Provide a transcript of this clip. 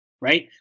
right